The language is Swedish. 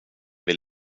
vill